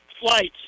flights